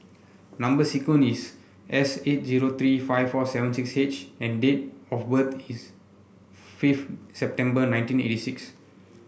number sequence is S eight zero three five four seven six H and date of web is fifth September nineteen eighty six